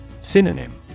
Synonym